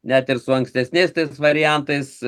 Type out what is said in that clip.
net ir su ankstesniais tais variantais